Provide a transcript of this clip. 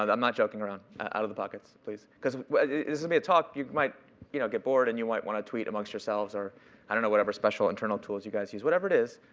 ah i'm not joking around. out of the pockets, please. cause this is gonna be a talk. you might you know get bored and you might wanna tweet amongst yourselves. or i don't know, whatever special internal tools you guys use. whatever it is,